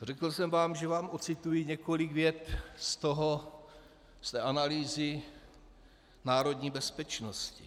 Řekl jsem vám, že vám ocituji několik vět z té analýzy národní bezpečnosti: